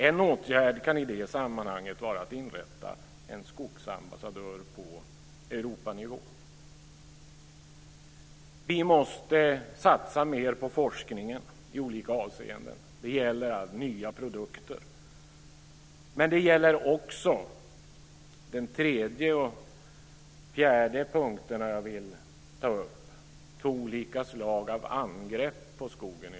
En åtgärd kan i det sammanhanget vara att inrätta en skogsambassadör på Europanivå. Vi måste satsa mer på forskningen i olika avseenden, bl.a. när det gäller nya produkter. Men vi måste också satsa på forskning kring två olika slag av angrepp på skogen.